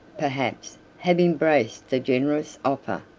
perhaps, have embraced the generous offer,